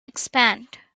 expand